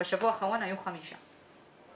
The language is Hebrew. בשבוע האחרון היו חמישה כאלה.